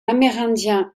amérindien